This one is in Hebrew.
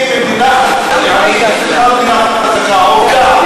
מדינה חזקה, מדינה חזקה.